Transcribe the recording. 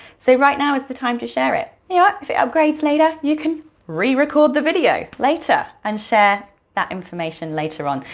so right now is the time to share it. you know what, if it upgrades later, you can re-record the video later and share that information later on.